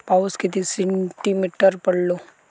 पाऊस किती सेंटीमीटर पडलो?